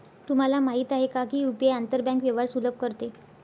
तुम्हाला माहित आहे का की यु.पी.आई आंतर बँक व्यवहार सुलभ करते?